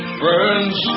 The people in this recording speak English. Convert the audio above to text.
friends